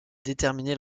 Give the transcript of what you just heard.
déterminer